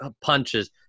punches